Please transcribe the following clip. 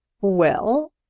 Well